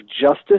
justice